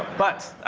but